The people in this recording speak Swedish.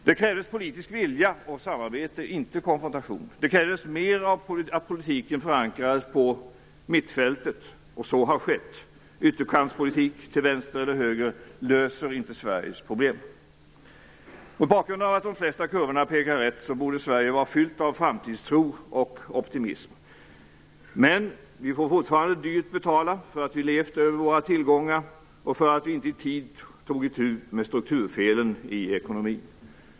Det krävdes politisk vilja och samarbete, inte konfrontation. Det krävdes att mer av politiken förankrades på mittfältet, och så har skett. Ytterkantspolitik till vänster eller höger löser inte Sveriges problem. Mot bakgrund av att de flesta kurvorna pekar rätt borde Sverige vara fyllt av framtidstro och optimism. Men vi får fortfarande dyrt betala för att vi levt över våra tillgångar och för att vi inte i tid tog itu med strukturfelen i ekonomin.